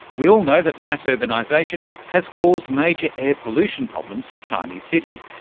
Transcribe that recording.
we all know that mass urbanisation has caused major air pollution problems for chinese cities,